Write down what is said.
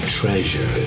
treasure